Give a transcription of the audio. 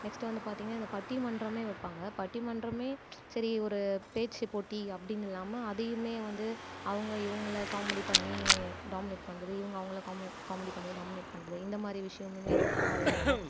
next வந்து பார்த்திங்கன்னா இந்த பட்டிமன்றமே வைப்பாங்க பட்டிமன்றமே சரி ஒரு பேச்சுப்போட்டி அப்படின்னு இல்லாமல் அதையுமே வந்து அவங்க இவங்கள காமெடி பண்ணி டாமினேட் பண்ணுறது இவங்க அவங்கள காமி காமெடி பண்ணி டாமினேட் பண்ணுறது இந்தமாதிரி விஷயமுமே நான் நிறைய இருக்கும்